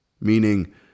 Meaning